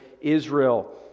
Israel